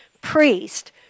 priest